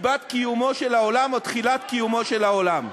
של סיבת קיומו של העולם או תחילת קיומו של העולם.